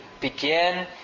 begin